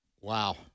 wow